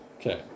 Okay